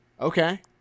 Okay